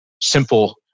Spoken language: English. simple